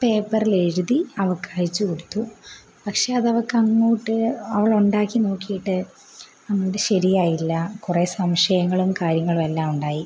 പേപ്പറിൽ എഴുതി അവൾക്ക് അയച്ച് കൊടുത്തു പക്ഷേ അത് അവൾക്ക് അങ്ങോട്ട് അവൾ ഉണ്ടാക്കി നോക്കിയിട്ട് അന്നൊരു ശരിയായില്ല കുറേ സംശയങ്ങളും കാര്യങ്ങളും എല്ലാം ഉണ്ടായി